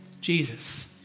Jesus